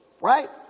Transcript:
right